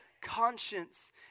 conscience